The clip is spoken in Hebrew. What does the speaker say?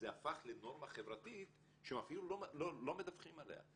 זה הפך לנורמה חברתית שהם אפילו לא מדווחים עליה.